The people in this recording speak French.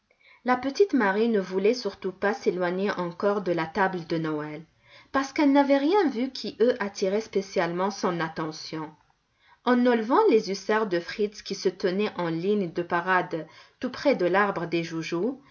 la petite marie ne voulait surtout pas s'éloigner encore de la table de noël parce qu'elle n'avait rien vu qui eût attiré spécialement son attention en enlevant les hussards de fritz qui se tenaient en ligne de parade tout près de l'arbre des joujoux